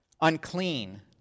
unclean